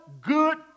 good